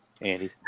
Andy